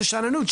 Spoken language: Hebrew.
זו שאננות,